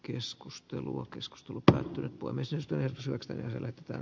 keskustelua keskustelu päättyy puimisesta ja saksan korjata